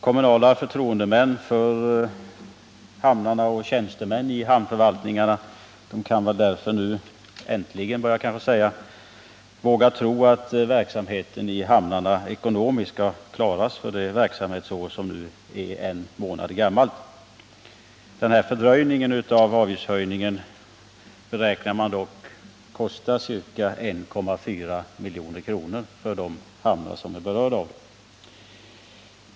Kommunala förtroendemän för hamnarna och tjänstemän i hamnförvaltningarna kan väl nu — äntligen, bör jag kanske säga — våga tro att verksamheten i hamnarna ekonomiskt skall klaras för det verksamhetsår som hunnit bli en månad gammalt. Man räknar dock med att den inträffade fördröjningen av avgiftshöjningen kostar ca 1,4 milj.kr. för de hamnar som är berörda.